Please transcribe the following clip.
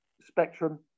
spectrum